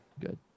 Good